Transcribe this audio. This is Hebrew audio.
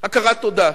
הכרת תודה,